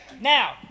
now